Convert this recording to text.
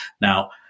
Now